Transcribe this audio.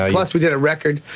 um plus we did a record,